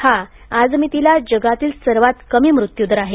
हा आजमितीला जगातील सर्वात कमी मृत्युदर आहे